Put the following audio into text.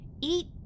Eat